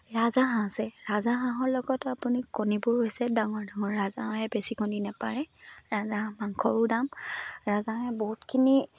ৰাজাহাঁহ আছে ৰাজহাঁহৰ লগত আপোনাৰ কণীবোৰ হৈছে ডাঙৰ ডাঙৰ ৰাজাহাঁহে বেছি কণী নেপাৰে ৰাজাহাঁহৰ মাংসৰো দাম ৰাজহাঁহে বহুতখিনি